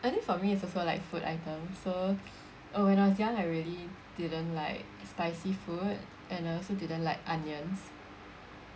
I think for me it's also like food items so uh when I was young I really didn't like spicy food and I also didn't like onions